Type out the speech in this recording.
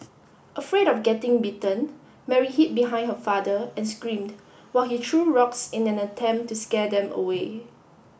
afraid of getting bitten Mary hid behind her father and screamed while he threw rocks in an attempt to scare them away